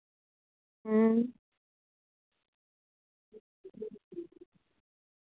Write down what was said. अं